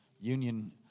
Union